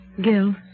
Gil